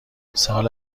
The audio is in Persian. سال